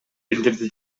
билдирди